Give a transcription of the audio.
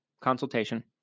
consultation